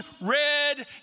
red